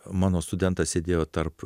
mano studentas sėdėjo tarp